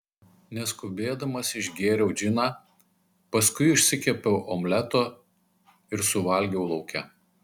neskubėdamas išgėriau džiną paskui išsikepiau omleto ir suvalgiau lauke